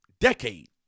Decade